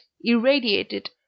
irradiated